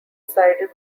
sided